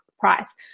price